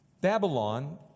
Babylon